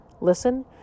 listen